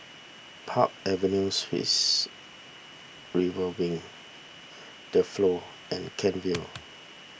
Park Avenue Suites River Wing the Flow and Kent Vale